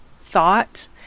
thought